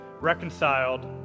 reconciled